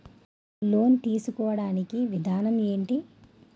Loan తీసుకోడానికి విధానం ఏంటి?